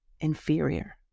inferior